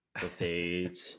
sausage